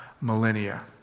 millennia